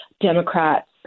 Democrats